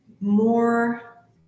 more